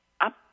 up